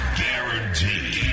guaranteed